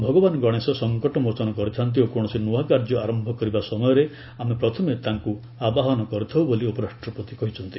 ଭଗବାନ ଗଣେଶ ସଂକଟ ମୋଚନ କରିଥାନ୍ତି ଓ କୌଣସି ନୂଆ କାର୍ଯ୍ୟ ଆରମ୍ଭ କରିବା ସମୟରେ ଆମେ ପ୍ରଥମେ ତାଙ୍କୁ ଆବାହନ କରିଥାଉ ବୋଲି ଉପରାଷ୍ଟ୍ରପତି କହିଛନ୍ତି